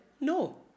no